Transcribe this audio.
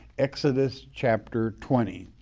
exodus chapter twenty.